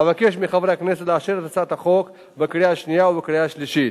אבקש מחברי הכנסת לאשר את הצעת החוק בקריאה שנייה ובקריאה שלישית.